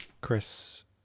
Chris